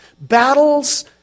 Battles